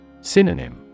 Synonym